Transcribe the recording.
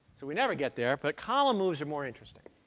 so we never get there. but column moves are more interesting.